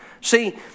See